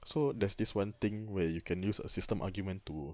so there's this one thing where you can use a system argument to